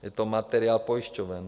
Je to materiál pojišťoven.